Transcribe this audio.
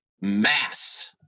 mass